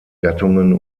gattungen